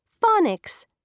Phonics